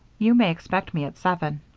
you may expect me at seven.